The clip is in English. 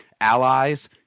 allies